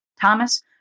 Thomas